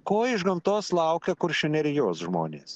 ko iš gamtos laukia kuršių nerijos žmonės